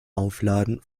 aufladen